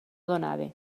donava